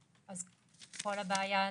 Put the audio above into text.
אז כל הבעיה נפתרת.